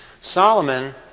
Solomon